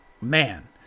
Man